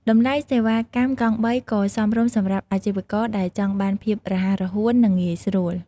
តម្លៃសេវាកម្មកង់បីក៏សមរម្យសម្រាប់អាជីវករដែលចង់បានភាពរហ័សរហួននិងងាយស្រួល។